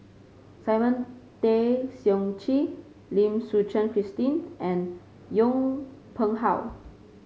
Simon Tay Seong Chee Lim Suchen Christine and Yong Pung How